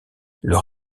leur